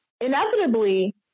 Inevitably